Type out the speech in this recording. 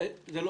זה לא